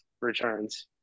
returns